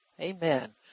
Amen